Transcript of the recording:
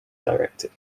directed